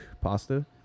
pasta